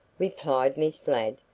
replied miss ladd,